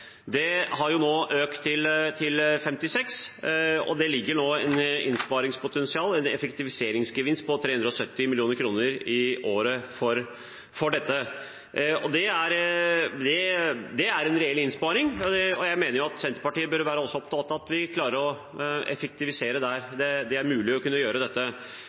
Det har nå økt til 56. Det er en effektiviseringsgevinst på 370 mill. kr i året som følge av dette. Det er en reell innsparing, og også Senterpartiet burde være opptatt av at vi klarer å effektivisere der det er mulig å gjøre